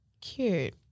Cute